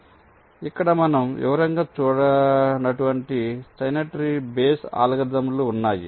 కాబట్టి ఇక్కడ మనం వివరంగా చూడనటువంటి స్టైనర్ ట్రీ బేస్ అల్గోరిథంలు ఉన్నాయి